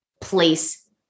place